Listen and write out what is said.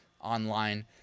online